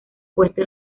puesto